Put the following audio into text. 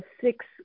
six